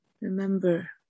Remember